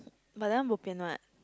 but that one bopian what